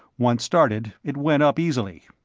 once started, it went up easily.